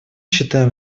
считаем